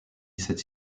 cette